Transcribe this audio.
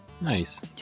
Nice